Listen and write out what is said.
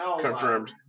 confirmed